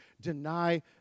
deny